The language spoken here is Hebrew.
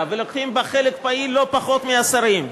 ולוקחים בה חלק פעיל לא פחות מהשרים.